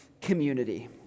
community